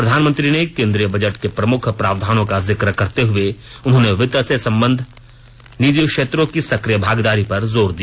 प्रधानमंत्री ने केन्द्रीय बजट के प्रमुख प्रावधानों का जिक्र करते हए उन्होंने वित्त से संबद्व निजी क्षेत्रों की सक्रिय भागीदारी पर जोर दिया